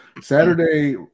Saturday